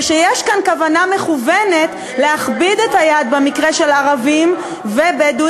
ושיש כאן כוונה מכוונת להכביד את היד במקרה של ערבים ובדואים,